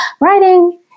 writing